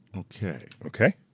okay. okay?